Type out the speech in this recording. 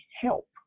help